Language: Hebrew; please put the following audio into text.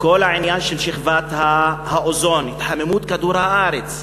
כל העניין של שכבת האוזון, התחממות כדור-הארץ,